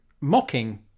mocking